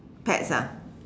pets ah